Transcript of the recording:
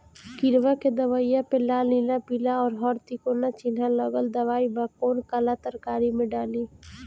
किड़वा के दवाईया प लाल नीला पीला और हर तिकोना चिनहा लगल दवाई बा कौन काला तरकारी मैं डाली?